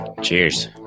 Cheers